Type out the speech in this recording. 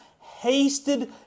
hasted